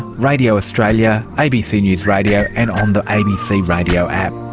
radio australia, abc news radio, and on the abc radio app.